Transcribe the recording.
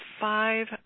five